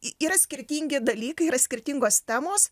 yra skirtingi dalykai yra skirtingos temos